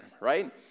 right